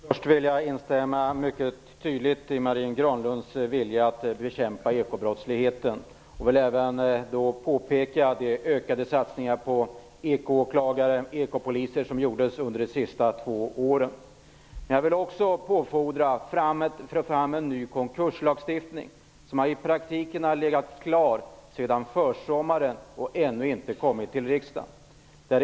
Herr talman! Först vill jag instämma mycket tydligt i Marie Granlunds vilja att bekämpa ekobrottsligheten. Jag vill även framhålla de ökade satsningar på ekoåklagare och ekopoliser som gjorts under de senaste två åren. Jag vill också få fram en ny konkurslagstiftning. Den har i praktiken legat klar sedan försommaren och ännu inte kommit till riksdagen.